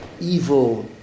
Evil